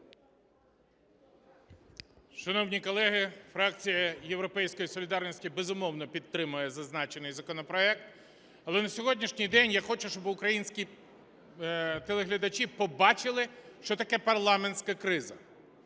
солідарності", безумовно, підтримує зазначений законопроект. Але на сьогоднішній день я хочу, щоб українські телеглядачі побачили, що таке парламентська криза.